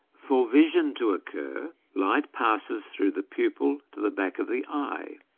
for vision to occur light passes through the pupil to the back of the eye,